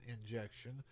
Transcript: injection